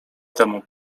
temu